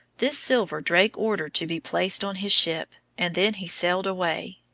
this silver drake ordered to be placed on his ship, and then he sailed away.